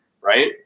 right